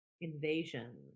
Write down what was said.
invasion